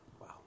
Wow